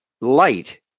light